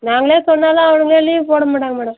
நாங்களே சொன்னாலும் அவுனுங்களே லீவு போடமாட்டாங்க மேடம்